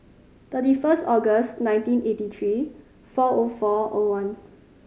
thirty first August nineteen eighty three four O four O one